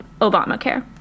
Obamacare